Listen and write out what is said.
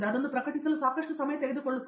ಅದನ್ನು ಪ್ರಕಟಿಸಲು ಸಾಕಷ್ಟು ಸಮಯ ತೆಗೆದುಕೊಳ್ಳುತ್ತದೆ